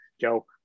Joe